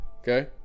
okay